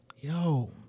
Yo